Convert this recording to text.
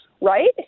right